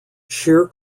sheer